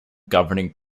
governing